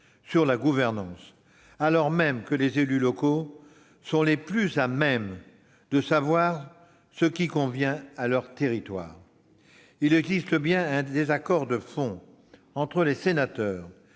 de la gouvernance, alors même que les élus locaux sont le mieux à même de savoir ce qui convient pour leurs territoires. Il existe bien un désaccord de fond entre les sénateurs,